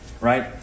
right